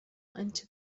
into